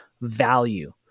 value